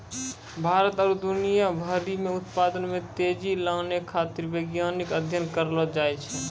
भारत आरु दुनिया भरि मे उत्पादन मे तेजी लानै खातीर वैज्ञानिक अध्ययन करलो जाय छै